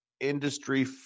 industry